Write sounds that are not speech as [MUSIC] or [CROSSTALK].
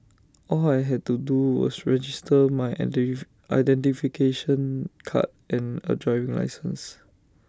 all I had to do was register my [UNINTELLIGIBLE] identification card and A driving licence